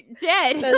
dead